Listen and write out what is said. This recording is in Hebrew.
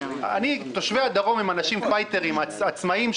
תושבי הדרום הם אנשים פייטרים, עצמאים.